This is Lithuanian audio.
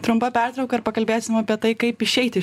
trumpa pertrauka ir pakalbėsim apie tai kaip išeiti